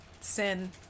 sin